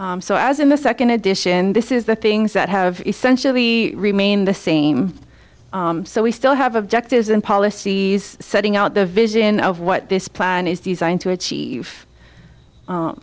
so as in the second edition this is the things that have essentially remained the same so we still have objectives and policies setting out the vision of what this plan is designed to achieve